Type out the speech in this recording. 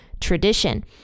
tradition